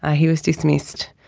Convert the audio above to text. ah he was dismissed,